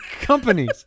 companies